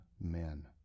men